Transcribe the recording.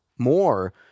more